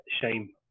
shame